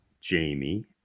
Jamie